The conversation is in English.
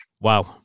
Wow